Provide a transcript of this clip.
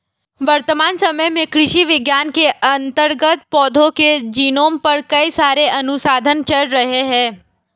वर्तमान समय में कृषि विज्ञान के अंतर्गत पौधों के जीनोम पर कई सारे अनुसंधान चल रहे हैं